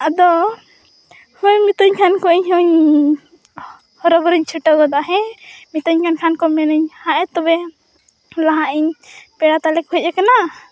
ᱟᱫᱚ ᱦᱮᱸ ᱢᱤᱛᱟᱹᱧ ᱠᱷᱟᱱᱠᱚ ᱤᱧᱦᱚᱸᱧ ᱦᱚᱨᱚᱵᱚᱨᱚᱧ ᱪᱷᱩᱴᱟᱹᱣ ᱜᱚᱫᱚᱜᱼᱟ ᱦᱮᱸ ᱢᱤᱛᱟᱹᱧ ᱠᱷᱟᱱᱠᱚ ᱢᱮᱱᱟᱹᱧ ᱦᱮᱸᱛᱚᱵᱮ ᱞᱟᱦᱟᱜᱤᱧ ᱯᱮᱲᱟᱛᱟᱞᱮᱠᱚ ᱦᱮᱡ ᱟᱠᱟᱱᱟ